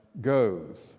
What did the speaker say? goes